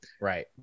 right